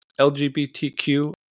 LGBTQ